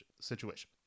situation